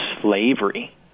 slavery